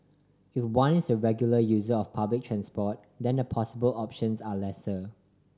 if one is a regular user of public transport then the possible options are lesser